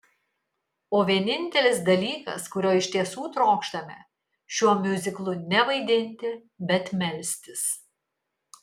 o vienintelis dalykas kurio iš tiesų trokštame šiuo miuziklu ne vaidinti bet melstis